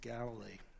Galilee